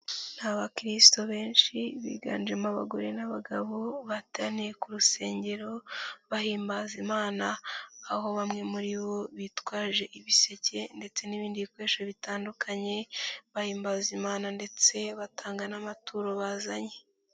Abakiristo benshi biganjemo abagore n'abagabo bateraniye ku rusengero, bahimbaza Imana aho bamwe muri bo bitwaje ibiseke ndetse n'ibindi bikoresho bitandukanye, bahimbaza Imana ndetse batanga n'amaturo bazanye.